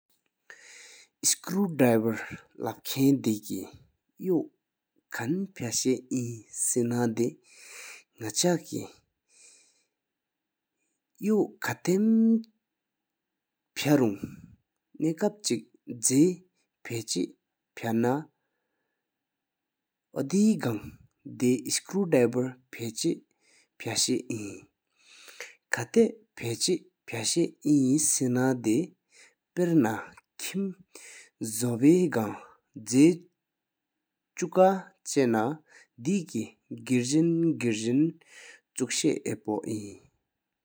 སི་ཁྲུ་ཌི་བར་ལབ་ཁན་དེ་སྐར་ཏོ་ཡོ་ཁན་ཕ་ཤ་ཡིན་སེ་ན་དེ་ནག་ཆ་སྐར་ཡོ་ཁ་སྟེང་ཕ་རུང་ནེ་ཀུ་ནེ་བཀོད་ཆེག་བྱེས་པ་ཆེས་ཕ་ན་དོ་དེག་སྐར་བར་ཆོས་དེག་བར་ཕ་ཆེས་ཕ་ཤ་ཡིན། ཁ་ཏའཾ་ཕ་ཤ་ཡིན་སྐར་ན་དེ་པར་སེར་བྷིམ་ལོ་པའི་གཙོ་གྱེས་པས་ཆུ་ཆུག་ཀ་ཆ་ན་དེས་གི་གར་ཟིང་གར་ཟིང་ཆོས་བྱེད་ཧ་ཕོའི་ཅེ།